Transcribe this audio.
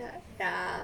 ya ya